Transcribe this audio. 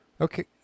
Okay